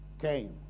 came